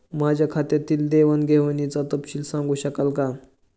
माझ्या खात्यातील देवाणघेवाणीचा तपशील सांगू शकाल काय?